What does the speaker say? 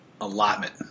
Allotment